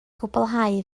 gwblhau